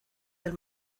del